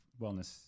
wellness